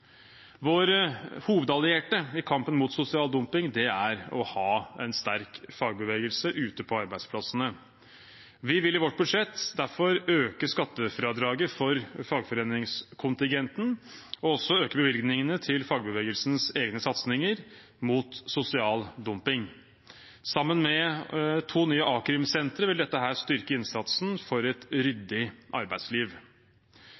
Vår hovedallierte i kampen mot sosial dumping er å ha en sterk fagbevegelse ute på arbeidsplassene. Vi vil i vårt budsjett derfor øke skattefradraget for fagforeningskontingenten og også øke bevilgningene til fagbevegelsens egne satsinger mot sosial dumping. Sammen med to nye a-krimsentre vil dette styrke innsatsen for et